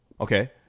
Okay